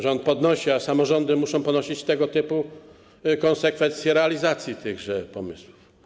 Rząd podnosi, a samorządy muszą ponosić tego typu konsekwencje związane z realizacją tychże pomysłów.